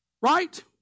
Right